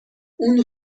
اون